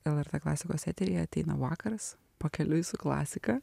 lrt klasikos eteryje ateina vakaras pakeliui su klasika